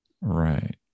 Right